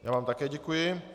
Já vám také děkuji.